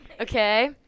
Okay